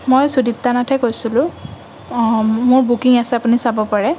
মই সুদিপ্তা নাথে কৈছিলোঁ মোৰ বুকিং আছে আপুনি চাব পাৰে